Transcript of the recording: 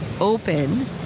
open